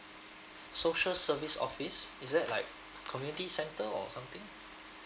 so sure service office is it like community centre or something